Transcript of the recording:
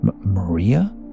Maria